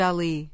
Ali